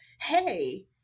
hey